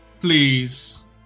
Please